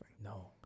No